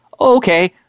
okay